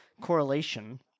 correlation